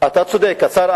אתה צודק.